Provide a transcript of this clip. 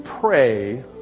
pray